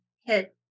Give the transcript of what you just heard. hit